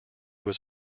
was